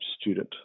student